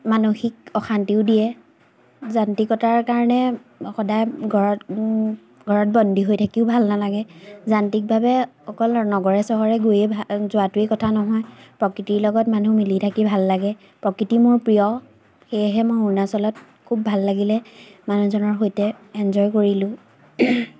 মানসিক অশান্তিও দিয়ে যান্ত্ৰিকতাৰ কাৰণে সদায় ঘৰত ঘৰত বন্দী হৈ থাকিও ভাল নালাগে যান্ত্ৰিকভাৱে অকল নগৰে চহৰে গৈয়ে যোৱাটোৱে কথা নহয় প্ৰকৃতিৰ লগত মানুহ মিলি থাকি ভাল লাগে প্ৰকৃতি মোৰ প্ৰিয় সেয়েহে মই অৰুণাচলত খুব ভাল লাগিলে মানুহজনৰ সৈতে এনজয় কৰিলোঁ